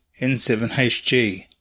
N7HG